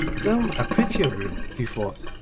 though a prettier room, he thought,